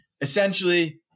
Essentially